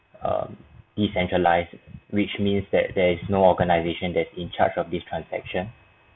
err decentralised which means that there is no organisation that's in charge of this transaction